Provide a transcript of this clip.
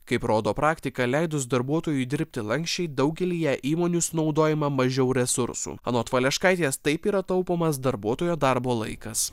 kaip rodo praktika leidus darbuotojui dirbti lanksčiai daugelyje įmonių sunaudojama mažiau resursų anot valeškaitės taip yra taupomas darbuotojo darbo laikas